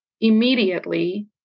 immediately